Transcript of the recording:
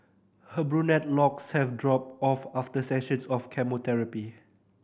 her brunette locks have dropped off after sessions of chemotherapy